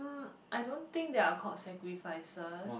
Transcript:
I don't think they are called sacrifices